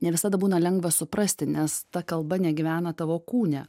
ne visada būna lengva suprasti nes ta kalba negyvena tavo kūne